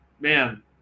man